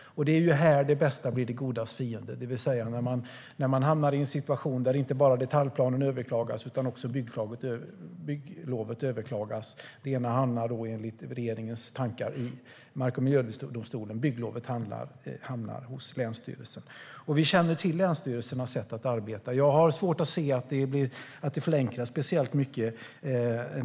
Det är här det bästa blir det godas fiende. Man hamnar i en situation där inte bara detaljplanen utan också bygglovet överklagas. Det ena hamnar då enligt regeringens tankar i mark och miljödomstolen, och bygglovet hamnar hos länsstyrelsen. Vi känner till länsstyrelsernas sätt att arbeta. Jag har svårt att se att det förenklas speciellt mycket.